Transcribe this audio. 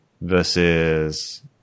Versus